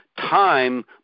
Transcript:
time